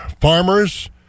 farmers